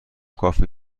کافی